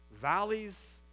valleys